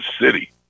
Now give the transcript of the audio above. city